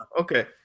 Okay